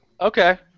Okay